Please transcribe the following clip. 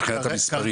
מבחינת המספרים?